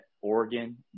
Oregon